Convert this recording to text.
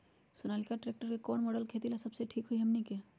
Sonalika tractor के कौन model खेती ला सबसे ठीक होई हमने की?